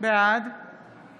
בעד